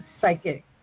psychic